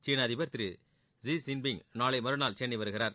சீன அதிபர் திரு ஷி ஜின்பிங் நாளை மறுநாள் சென்னை வருகிறார்